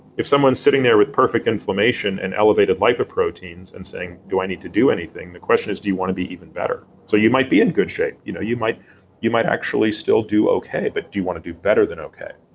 if someone's sitting there with perfect inflammation and elevated lipoproteins and saying, do i need to do anything? the question is do you wanna be even better? so you might be in good shape. you know you might you might actually still do okay, but do you wanna do better than okay,